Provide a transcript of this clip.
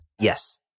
Yes